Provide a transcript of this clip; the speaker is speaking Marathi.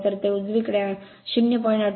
तर ते उजवीकडे 0